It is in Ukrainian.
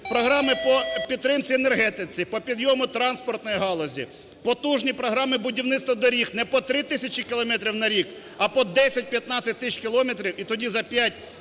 Програми по підтримці енергетики, по підйому транспортної галузі, потужні програми будівництва доріг, не по 3 тисячі кілометрів на рік, а по 10-15 тисяч кілометрів, і тоді за 5-7